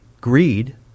greed